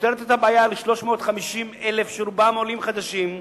שפותרת את הבעיה ל-350,000, שרובם עולים חדשים,